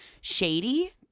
shady